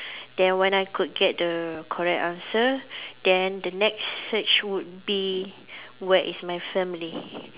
then when I could get the correct answer then the next search would be where is my family